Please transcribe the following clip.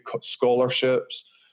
scholarships